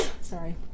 Sorry